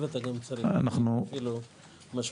אתה צריך גם נתיב, זה חלק משמעותי.